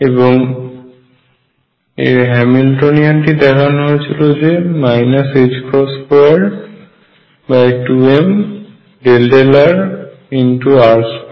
এবং হ্যামিল্টনিয়ানটি দেখানো হয়েছিল 22m∂r r2∂rL22mr2Vr